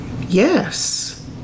yes